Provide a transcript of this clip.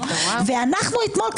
ואנו אתמול,